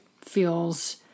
feels